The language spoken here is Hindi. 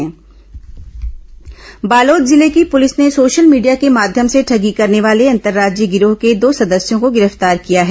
ठग गिरफ्तार बालोद जिले की पुलिस ने सोशल मीडिया के माध्यम से ठगी करने वाले अंतर्राज्यीय गिरोह के दो सदस्यों को गिरफ्तार किया है